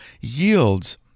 yields